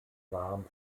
waren